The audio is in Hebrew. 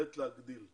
שנית, להגדיל אותה.